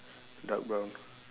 dark brown